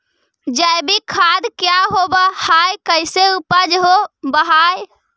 जैविक खाद क्या होब हाय कैसे उपज हो ब्हाय?